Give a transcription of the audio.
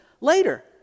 later